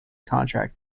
contract